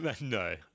No